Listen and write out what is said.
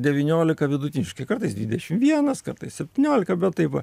devyniolika vidutiniškai kartais dvidešim vienas kartais septyniolika bet taip va